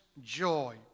joy